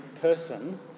person